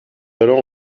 alors